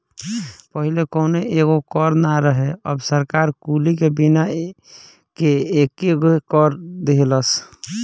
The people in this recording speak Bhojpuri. पहिले कौनो एगो कर ना रहे अब सरकार कुली के मिला के एकेगो कर दीहलस